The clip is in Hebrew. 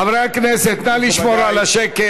חברי הכנסת, מכובדי, נא לשמור על השקט.